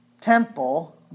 temple